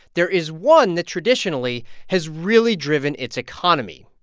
there is one that traditionally has really driven its economy,